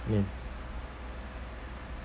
min